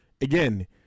again